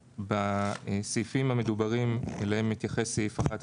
בסעיפים המדוברים אליהם התייחס סעיף 11,